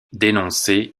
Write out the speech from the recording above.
dénoncé